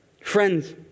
Friends